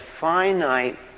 finite